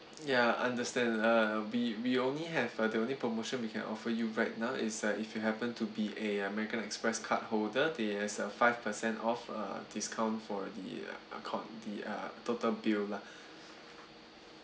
ya understand uh we we only have a the only promotion we can offer you right now is uh if you happen to be a american express card holder there is a five percent off uh discount for the account the uh total bill lah